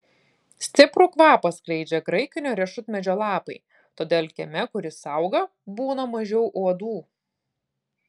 stiprų kvapą skleidžia graikinio riešutmedžio lapai todėl kieme kur jis auga būna mažiau uodų